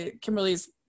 kimberly's